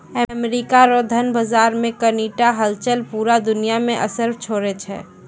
America रो धन बाजार मे कनी टा हलचल पूरा दुनिया मे असर छोड़ै छै